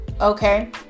Okay